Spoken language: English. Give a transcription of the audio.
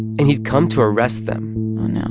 and he'd come to arrest them oh, no